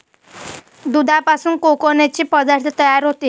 दुधापासून कोनकोनचे पदार्थ तयार होते?